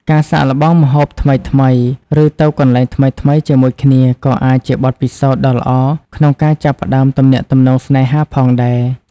ការសាកល្បងម្ហូបថ្មីៗ ឬទៅកន្លែងថ្មីៗជាមួយគ្នាក៏អាចជាបទពិសោធន៍ដ៏ល្អក្នុងការចាប់ផ្ដើមទំនាក់ទំនងស្នេហាផងដែរ។